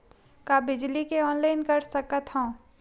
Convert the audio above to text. का बिजली के ऑनलाइन कर सकत हव?